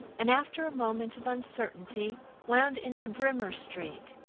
and after a moment of uncertainty wound into brimmer street.